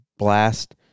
blast